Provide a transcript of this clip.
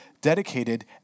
dedicated